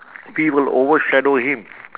we will overshadow him